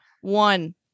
one